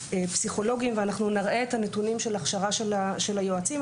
פסיכולוגים ואנחנו נראה את הנתונים של הכשרה של היועצים,